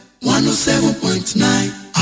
107.9